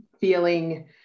Feeling